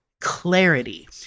clarity